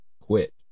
quit